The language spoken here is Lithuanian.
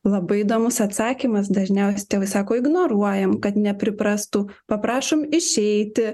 labai įdomus atsakymas dažniausiai tėvai sako ignoruojam kad nepriprastų paprašom išeiti